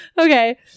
Okay